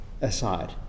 aside